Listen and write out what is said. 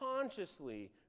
Consciously